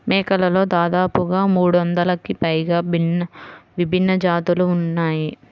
మేకలలో దాదాపుగా మూడొందలకి పైగా విభిన్న జాతులు ఉన్నాయి